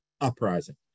uprising